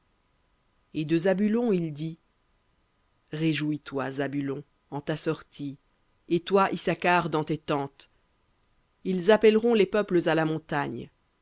et de zabulon il dit réjouis-toi zabulon en ta sortie et toi issacar dans tes tentes ils appelleront les peuples à la montagne